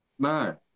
No